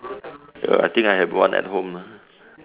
oh I think I have one at home ah